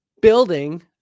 building